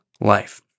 life